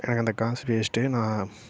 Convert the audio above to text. எனக்கு அந்த காசு வேஸ்ட்டு நான்